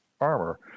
armor